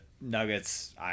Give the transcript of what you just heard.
Nuggets